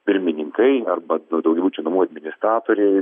pirmininkai arba daugiabučių namų administratoriai